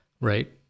right